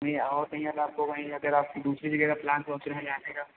नहीं और कहीं अगर आपको कहीं अगर आप दूसरी भी जगह प्लान सोच रहे हैं जाने का